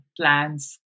plans